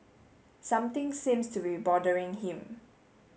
something seems to be bothering him